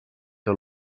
que